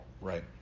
Right